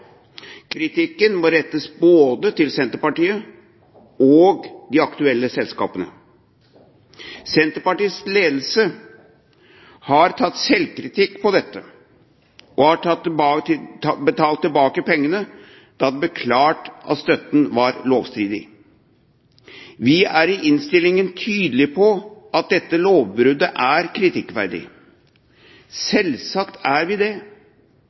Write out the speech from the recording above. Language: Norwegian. Kritikken må rettes både til Senterpartiet og til de aktuelle selskapene. Senterpartiets ledelse har tatt selvkritikk på dette og har betalt tilbake pengene da det ble klart at støtten var lovstridig. Vi er i innstillingen tydelig på at dette lovbruddet er kritikkverdig. Selvsagt er vi det.